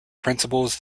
principles